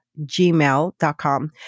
gmail.com